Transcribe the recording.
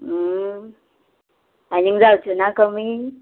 आनी जावचे ना कमी